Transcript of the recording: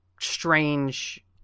strange